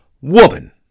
woman